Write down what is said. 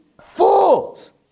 Fools